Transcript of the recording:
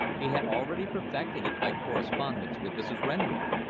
he had already perfected it by correspondence with mrs. renwick.